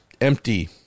empty